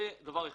זה דבר אחד.